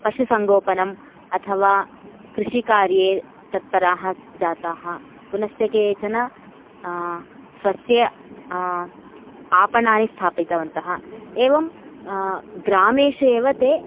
पशुसङ्गोपनम् अथवा कृषिकार्ये तत्पराः जाताः पुनश्च केचन स्वस्य आपणानि स्थापितवन्तः एवं ग्रामेषु एव ते